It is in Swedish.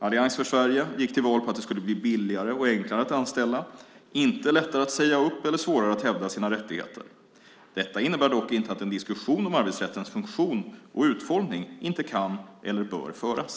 Allians för Sverige gick till val på att det skulle bli billigare och enklare att anställa - inte lättare att säga upp eller svårare att hävda sina rättigheter. Detta innebär dock inte att en diskussion om arbetsrättens funktion och utformning inte kan eller bör föras.